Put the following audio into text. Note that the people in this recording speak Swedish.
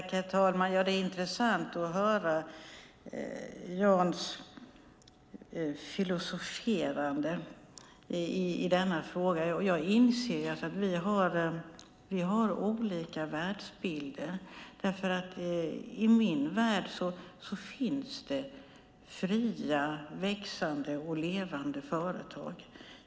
Herr talman! Det är intressant att höra Jans filosoferande i denna fråga. Jag inser att vi har olika världsbilder. I min värld finns det fria, växande och levande företag.